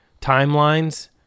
timelines